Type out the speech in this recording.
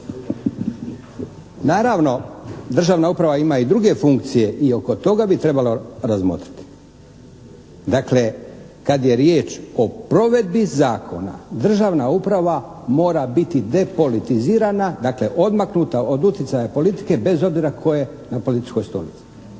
Naravno, državna uprava ima i druge funkcije i oko toga bi trebalo razmotriti. Dakle, kad je riječ o provedbi zakona, državna uprava mora biti depolitizirana, dakle odmaknuta od utjecaja politike bez obzira tko je na političkoj stolici,